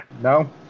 no